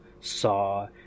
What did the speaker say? saw